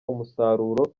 umusaruro